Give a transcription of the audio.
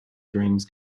dreams